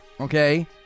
okay